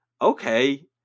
Okay